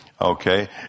Okay